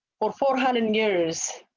for for how the news.